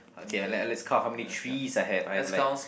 okay uh let let's count how many threes I have I have like